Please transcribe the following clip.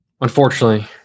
Unfortunately